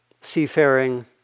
seafaring